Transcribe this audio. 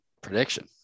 prediction